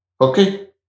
Okay